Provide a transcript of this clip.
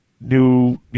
new